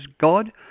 God